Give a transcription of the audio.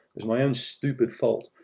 was my own stupid fault.